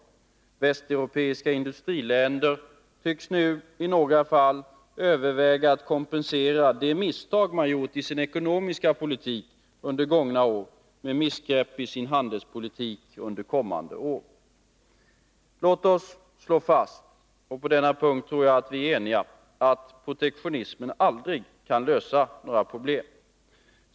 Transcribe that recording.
En del västeuropeiska industriländer tycks nu överväga att kompensera de misstag man har gjort i sin ekonomiska politik under gångna år med missgrepp i sin handelspolitik under kommande år. Låt oss slå fast — på den punkten tror jag att vi är eniga — att protektionism aldrig kan lösa några problem.